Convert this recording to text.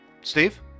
steve